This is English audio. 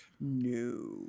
No